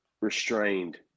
restrained